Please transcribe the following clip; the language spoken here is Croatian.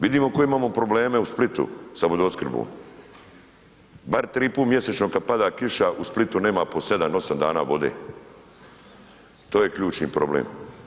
Vidimo koje imamo probleme u Splitu sa vodoopskrbom, bar 3 put mjesečno kad pada kiša u Splitu nema po 7-8 dana vode, to je ključni problem.